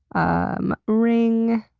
um, ring!